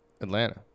Atlanta